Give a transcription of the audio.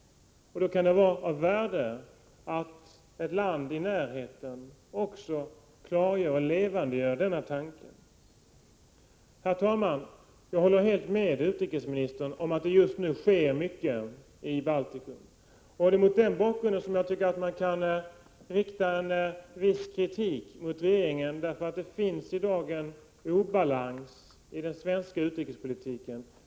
Då kan det vara av värde att ett land i närheten också levandegör denna tanke. Herr talman! Jag håller helt med utrikesministern om att det just nu sker mycket i Baltikum. Jag tycker mot den bakgrunden att man kan rikta en viss kritik mot regeringen. Det finns i dag en obalans i den svenska utrikespoliti ken.